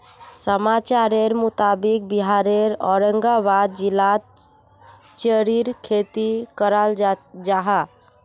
समाचारेर मुताबिक़ बिहारेर औरंगाबाद जिलात चेर्रीर खेती कराल जाहा